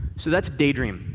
so that's daydream,